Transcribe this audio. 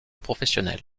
professionnelle